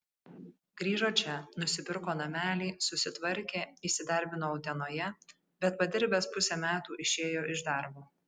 grįžo čia nusipirko namelį susitvarkė įsidarbino utenoje bet padirbęs pusę metų išėjo iš darbo